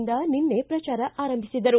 ನಿಂದ ನಿನ್ನೆ ಪ್ರಚಾರ ಆರಂಭಿಸಿದರು